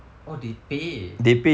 oh they pay